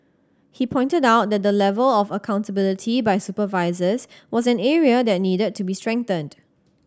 he pointed out that the level of accountability by supervisors was an area that needed to be strengthened